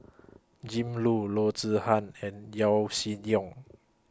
Jim Loo Loo Zihan and Yaw Shin Leong